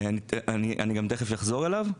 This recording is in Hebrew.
אני תכף אחזור אליו.